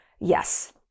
Yes